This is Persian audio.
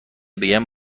بگم